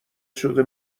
شده